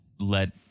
Let